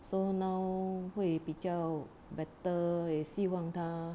so now 会比较 better 也希望他